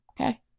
Okay